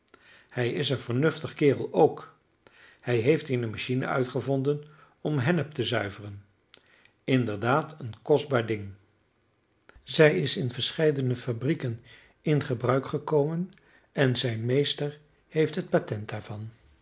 hij is een vernuftige kerel ook hij heeft eene machine uitgevonden om hennep te zuiveren inderdaad een kostbaar ding zij is in verscheidene fabrieken in gebruik gekomen en zijn meester heeft het patent daarvan